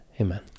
Amen